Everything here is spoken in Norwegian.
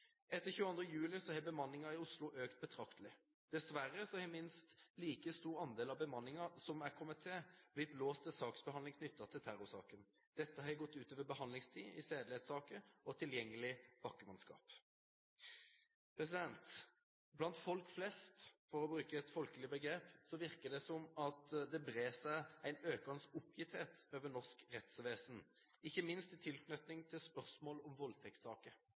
Etter 22. juli har bemanningen i Oslo økt betraktelig. Dessverre har minst en like stor andel av bemanningen som har kommet til, blitt låst til saksbehandling knyttet til terrorsaken. Dette har gått ut over behandlingstid i sedelighetssaker og tilgjengelig bakkemannskap. Blant folk flest – for å bruke et folkelig begrep – virker det som at det brer seg en økende oppgitthet over norsk rettsvesen, ikke minst i tilknytning til spørsmål om voldtektssaker.